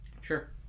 Sure